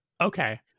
Okay